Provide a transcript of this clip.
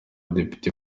depite